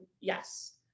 yes